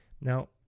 now